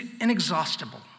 inexhaustible